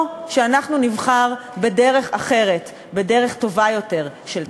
או שאנחנו נבחר בדרך אחרת, בדרך טובה יותר של צדק,